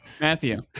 Matthew